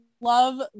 love